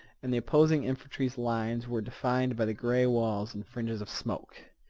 and the opposing infantry's lines were defined by the gray walls and fringes of smoke.